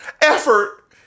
Effort